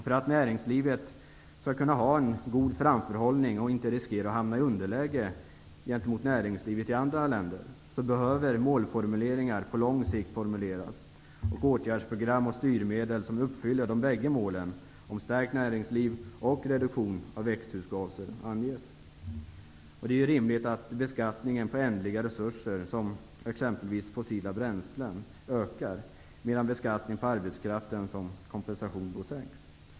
För att näringslivet skall kunna ha en god framförhållning och inte riskera att hamna i underläge gentemot näringslivet i andra länder, behöver målsättningar på lång sikt formuleras och åtgärdsprogram och styrmedel som uppfyller de bägge målen om stärkt näringsliv och reduktion av växthusgaser anges. Det är rimligt att beskattningen på ändliga resurser, som exempelvis fossila bränslen, ökar, medan beskattning på arbetskraften sänks som kompensation.